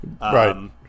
Right